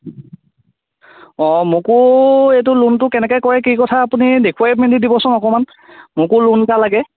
অ মোকো এইটো লোনটো কেনেকৈ কৰে কি কথা আপুনি দেখুৱাই মেলি দিবচোন অকণমান মোকো লোন এটা লাগে